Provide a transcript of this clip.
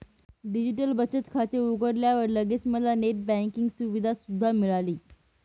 digital बचत खाते उघडल्यावर लगेच मला नेट बँकिंग सुविधा सुद्धा मिळाली